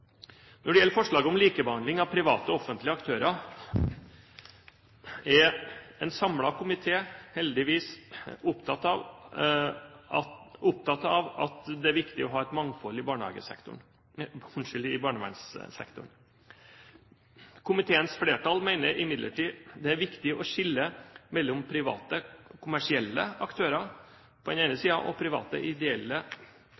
Når det gjelder forslaget om likebehandling av private og offentlige aktører, er en samlet komité heldigvis opptatt av at det er viktig å ha et mangfold i barnevernssektoren. Komiteens flertall mener imidlertid det er viktig å skille mellom private kommersielle aktører på den ene